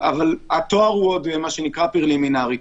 אבל תואר הוא פרלימינרי.